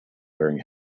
wearing